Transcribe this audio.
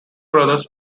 brothers